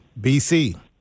BC